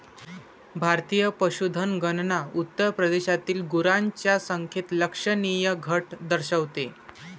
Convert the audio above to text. भारतीय पशुधन गणना उत्तर प्रदेशातील गुरांच्या संख्येत लक्षणीय घट दर्शवते